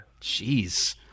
Jeez